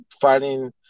fighting